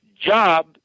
job